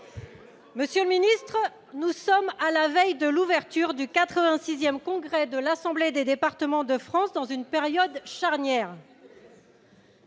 Monsieur le ministre, nous sommes à la veille de l'ouverture du 86 congrès de l'Assemblée des départements de France, l'ADF, qui va se